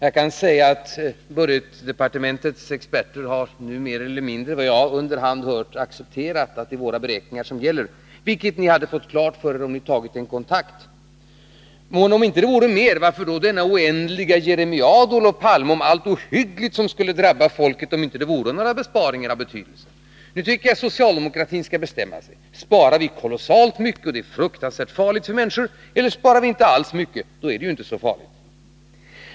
Jag kan säga att budgetdepartementets experter nu har mer eller mindre, enligt vad jag under hand hört, accepterat att det är våra beräkningar som gäller, vilket ni hade fått klart för er om ni hade tagit en kontakt. Men om det nu inte var mer, varför denna oändliga jeremiad, Olof Palme, om allt ohyggligt som skulle drabba folket om inte de vore besparingar av betydelse? Nu tycker jag att socialdemokratin skall bestämma sig: Sparar vi kolossalt mycket, och det är fruktansvärt farligt för människor? Eller sparar vi inte alls mycket, och då är det ju inte så farligt?